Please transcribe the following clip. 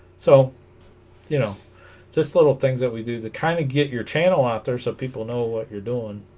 so you know just little things that we do to kind of get your channel out there so people know what you're doing